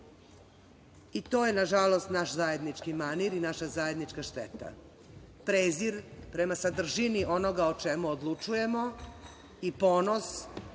i to je, nažalost, naš zajednički manir i naša zajednička šteta, prezir prema sadržini onoga o čemu odlučujemo i ponos